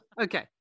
Okay